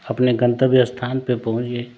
अपने गंतव्य स्थान पे पहुँच गए